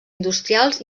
industrials